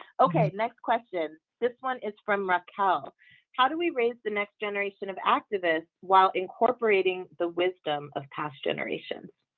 okay. next question. this one is from raquel how do we raise the next generation of activists while incorporating the wisdom of past generations?